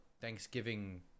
Thanksgiving